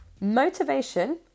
motivation